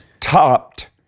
topped